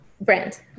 brand